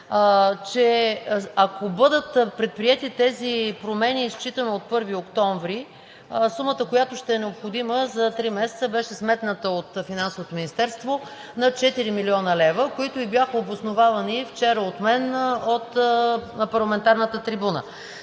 че ако бъдат предприети тези промени, считано от 1 октомври, сумата, която ще е необходима за три месеца, беше сметната от Финансовото министерство на 4 млн. лв., които и бяха обосновани вчера от мен парламентарната трибуна.